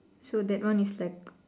so that one is like